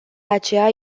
aceea